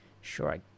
sure